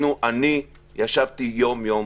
ישבתי יום-יום,